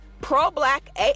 pro-black